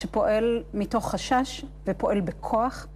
שפועל מתוך חשש ופועל בכוח.